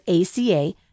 ACA